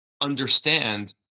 understand